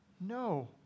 No